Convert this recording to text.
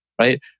right